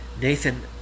Nathan